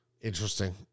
Interesting